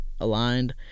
aligned